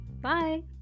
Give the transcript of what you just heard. bye